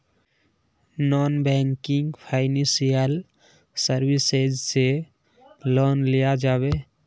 Non banking financial services से loan लिया जाबे?